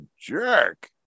jerk